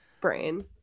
brain